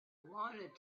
wanted